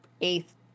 eighth